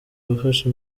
bafasha